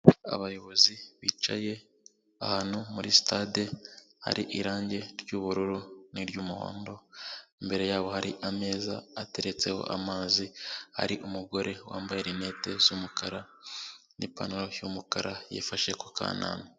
Abayobozi bicaye ahantu muri sitade hari irange ry'ubururu n'iry'umuhondo, imbere yabo hari ameza ateretseho amazi, hari umugore wambaye rinete z'umukara n'ipantaro y'umukara yifashe ku kananwa.